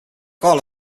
call